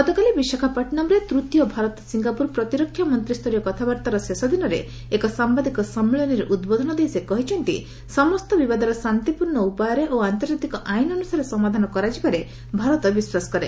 ଗତକାଲି ବିଶାଖାପଟ୍ଟନମ୍ଠାରେ ତୃତୀୟ ଭାରତ ସିଙ୍ଗାପୁର ପ୍ରତିରକ୍ଷା ମନ୍ତ୍ରୀସ୍ତରୀୟ କଥାବାର୍ତ୍ତାର ଶେଷ ଦିନରେ ଏକ ସାମ୍ଭାଦିକ ସମ୍ମିଳନୀରେ ଉଦ୍ବୋଧନ ଦେଇ ସେ କହିଛନ୍ତି ସମସ୍ତ ବିବାଦର ଶାନ୍ତିପୂର୍ଣ୍ଣ ଉପାୟରେ ଓ ଆନ୍ତର୍ଜାତିକ ଆଇନ ଅନୁସାରେ ସମାଧାନ କରାଯିବାରେ ଭାରତ ବିଶ୍ୱାସ କରେ